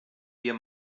wir